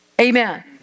Amen